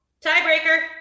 Tiebreaker